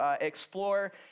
explore